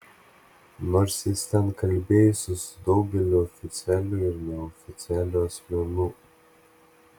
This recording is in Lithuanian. nors jis ten kalbėjosi su daugeliu oficialių ir neoficialių asmenų